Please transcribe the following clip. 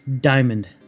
diamond